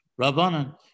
Rabbanan